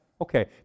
Okay